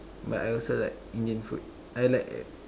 but I also like Indian food I like